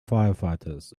firefighters